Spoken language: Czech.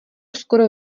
skoro